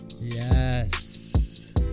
yes